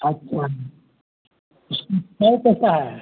अच्छा जी उसमें कै पैसा है